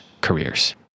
careers